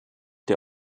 der